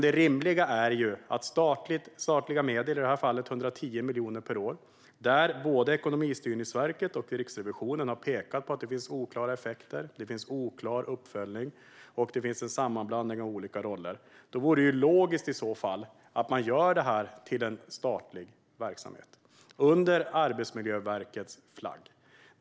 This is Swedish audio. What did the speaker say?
Det handlar om statliga medel, 110 miljoner per år, och både Ekonomistyrningsverket och Riksrevisionen har pekat på att det finns oklara effekter, oklar uppföljning och en sammanblandning av olika roller. Då vore det logiskt att göra detta till en statlig verksamhet under Arbetsmiljöverkets flagg.